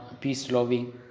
peace-loving